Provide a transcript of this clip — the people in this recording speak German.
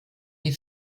die